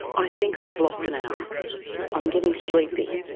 i think i have lost an hour i am getting sleepy